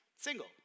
single